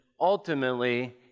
ultimately